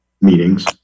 meetings